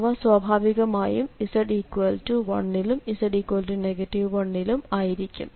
അവ സ്വാഭാവികമായും z1 ലും z 1 ലും ആയിരിക്കും